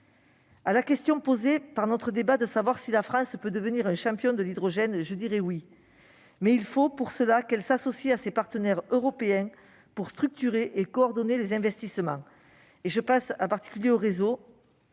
À la question posée par notre débat, de savoir si la France peut devenir un champion de l'hydrogène, je répondrai : oui, mais il faut pour cela qu'elle s'associe à ses partenaires européens pour structurer et coordonner les investissements ; je pense en particulier aux réseaux